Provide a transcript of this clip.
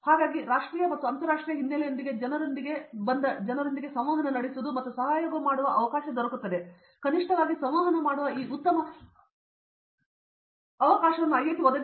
ಹಾಗಾಗಿ ರಾಷ್ಟ್ರೀಯ ಮತ್ತು ಅಂತರಾಷ್ಟ್ರೀಯ ಹಿನ್ನೆಲೆಯಿಂದ ಜನರೊಂದಿಗೆ ಸಂವಹನ ನಡೆಸುವುದು ಮತ್ತು ಸಹಯೋಗ ಮಾಡುವ ಮತ್ತು ಕನಿಷ್ಠವಾಗಿ ಸಂವಹನ ನಡೆಸುವ ಈ ಉತ್ತಮ ಅವಕಾಶವನ್ನು ಐಐಟಿ ಒದಗಿಸುತ್ತದೆ